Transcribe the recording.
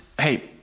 hey